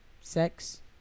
sex